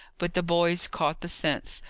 but the boys caught the sense,